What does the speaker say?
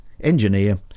engineer